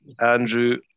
Andrew